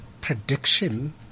prediction